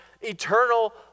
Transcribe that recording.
eternal